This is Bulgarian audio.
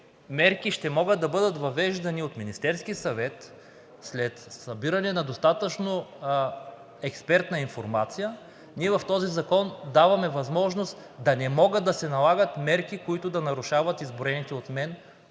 мерки ще могат да бъдат въвеждани от Министерския съвет – след събиране на достатъчно експертна информация, в този закон ние даваме възможност да не могат да се налагат мерки, които да нарушават изброените от мен